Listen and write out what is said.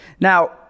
now